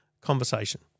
conversation